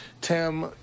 Tim